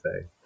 say